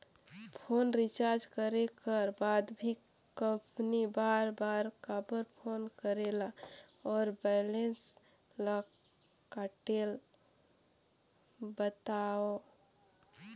Phone recharge करे कर बाद भी कंपनी बार बार काबर फोन करेला और बैलेंस ल काटेल बतावव?